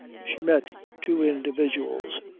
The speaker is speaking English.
she met two individuals,